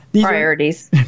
Priorities